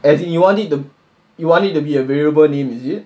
as in you want you want it to be a variable name is it